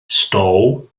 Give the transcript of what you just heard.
stow